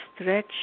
stretch